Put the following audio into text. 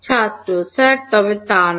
ছাত্র স্যার তবে তা নয়